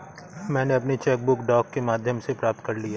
मैनें अपनी cheque book डाक के माध्यम से प्राप्त कर ली है